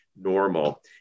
normal